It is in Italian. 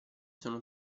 sono